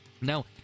now